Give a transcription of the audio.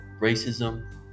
racism